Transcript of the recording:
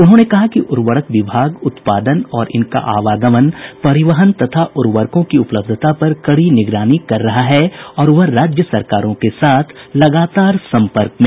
उन्होंने कहा कि उर्वरक विभाग उत्पादन और इनका आवागमन परिवहन तथा उर्वरकों की उपलब्धता पर कड़ी निगरानी कर रहा है और वह राज्य सरकारों के साथ लगातार संपर्क में है